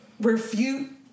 refute